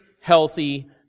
healthy